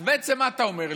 אז בעצם מה אתה אומר לי?